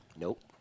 nope